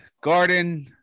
Garden